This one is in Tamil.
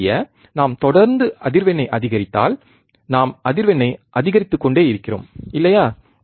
அதை அறிய நாம் தொடர்ந்து அதிர்வெண்ணை அதிகரித்தால் நாம் அதிர்வெண்ணை அதிகரித்துக்கொண்டே இருக்கிறோம் இல்லையா